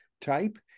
type